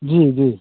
जी जी